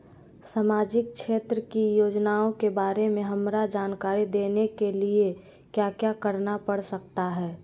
सामाजिक क्षेत्र की योजनाओं के बारे में हमरा जानकारी देने के लिए क्या क्या करना पड़ सकता है?